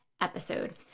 episode